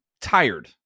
tired